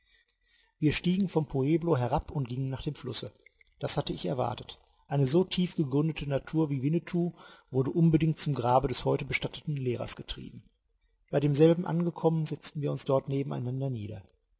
wir stiegen vom pueblo herab und gingen nach dem flusse das hatte ich erwartet eine so tief gegründete natur wie winnetou wurde unbedingt zum grabe des heute bestatteten lehrers getrieben bei demselben angekommen setzten wir uns dort nebeneinander nieder